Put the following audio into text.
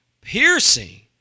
piercing